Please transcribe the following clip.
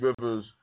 Rivers